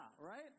right